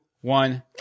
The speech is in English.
one